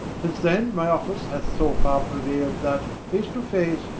since then my office hath so farre preuayl'd, that face to face,